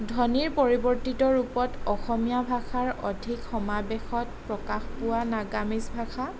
ধ্বনিৰ পৰিৱৰ্তিত ৰূপত অসমীয়া ভাষাৰ অধিক সমাৱেশত প্ৰকাশ পোৱা নাগামিজ ভাষা